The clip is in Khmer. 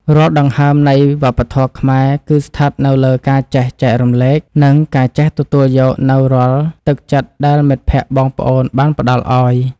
រាល់ដង្ហើមនៃវប្បធម៌ខ្មែរ គឺស្ថិតនៅលើការចេះចែករំលែក និងការចេះទទួលយកនូវរាល់ទឹកចិត្តដែលមិត្តភក្តិបងប្អូនបានផ្តល់ឱ្យ។